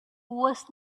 was